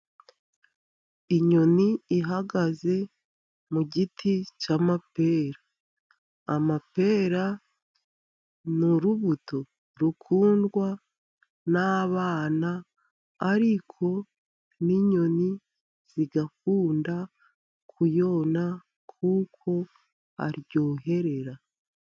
Inyoni ihagaze mu giti cy'amapera. Amapera ni urubuto rukundwa n'abana, ariko n'inyoni zigakunda kuyona, kuko aryoherera.